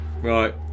Right